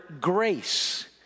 grace